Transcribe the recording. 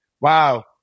wow